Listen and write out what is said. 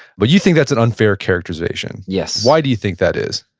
but you think that's an unfair characterization? yes why do you think that is?